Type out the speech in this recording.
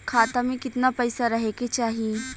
खाता में कितना पैसा रहे के चाही?